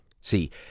see